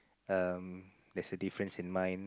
um there's a difference in mine